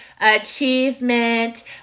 achievement